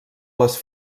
les